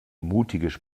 mutige